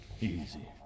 Easy